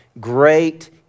Great